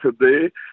today